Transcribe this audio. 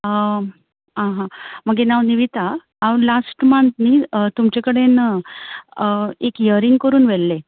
आं हां मगे नांव निविता हांव लास्ट मंत न्हय तुमचे कडेन एक यरींग करून व्हेल्लें